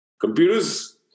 Computers